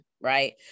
right